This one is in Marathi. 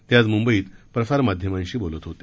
ते आज मुंबईत प्रसारमाध्यमांशी बोलत होते